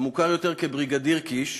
המוכר יותר כבריגדיר קיש,